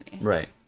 Right